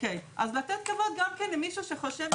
אז לתת כבוד גם למי שחושב אחרת.